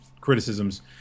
criticisms